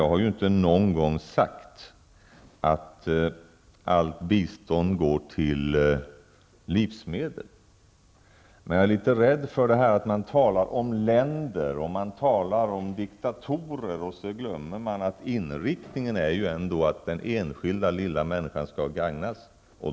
Jag har inte någon gång sagt att allt bistånd går till livsmedel. Jag är litet rädd för detta att man talar om länder och diktatorer och glömmer att inriktningen ändå är att den enskilda lilla människan skall gagnas.